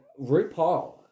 RuPaul